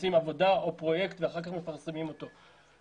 עושים עבודה או פרויקט ואחר כך מפרסמים אותו.